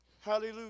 Hallelujah